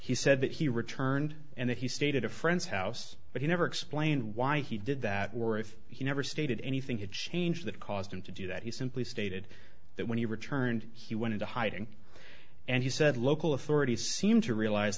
he said that he returned and that he stayed at a friend's house but he never explained why he did that were if he never stated anything to change that caused him to do that he simply stated that when he returned he went into hiding and he said local authorities seem to realize